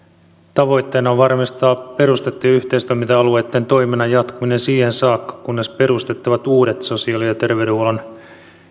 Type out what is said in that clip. tavoitteena on varmistaa perustettujen yhteistoiminta alueitten toiminnan jatkuminen siihen saakka kunnes perustettavat uudet sosiaali ja terveydenhuollon